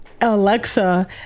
Alexa